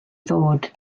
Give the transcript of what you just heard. ddod